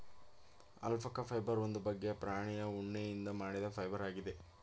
alpaca fibre ಒಂದು ಬಗ್ಗೆಯ ಪ್ರಾಣಿಯ ಉಣ್ಣೆಯಿಂದ ಮಾಡಿದ ಫೈಬರ್ ಆಗಿದೆ